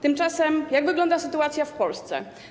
Tymczasem jak wygląda sytuacja w Polsce?